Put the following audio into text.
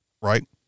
Right